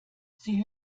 sie